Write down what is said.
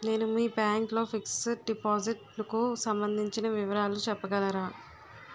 నేను మీ బ్యాంక్ లో ఫిక్సడ్ డెపోసిట్ కు సంబందించిన వివరాలు చెప్పగలరా?